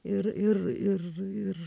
ir ir ir ir